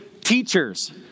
teachers